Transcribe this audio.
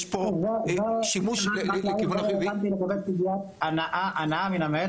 יש פה שימוש --- לגבי סוגיית הנאה מן המת,